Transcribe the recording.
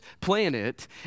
planet